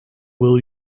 will